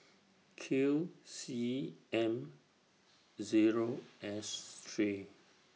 Q C M Zero S three